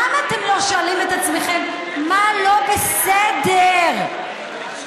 למה אתם לא שואלים את עצמכם מה לא בסדר אצלכם,